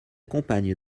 compagne